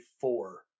four